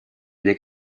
для